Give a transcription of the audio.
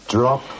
Drop